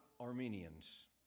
Armenians